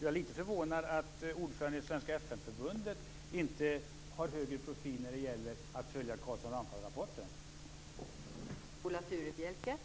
Jag är litet förvånad över att ordföranden i Svenska FN-förbundet inte har högre profil när det gäller att följa Carlsson-Ramphal-rapporten.